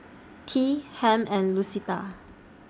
Tea Hamp and Lucetta